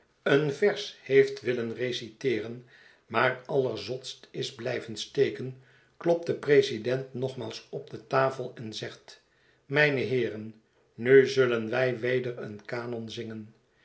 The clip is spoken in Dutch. een vers heeft willen reciteeren maar allerzotst is blijven steken klopt de president nogmaals op de tafel en zegt mijne heeren nu zullen wij weder een canon zingen